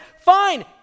fine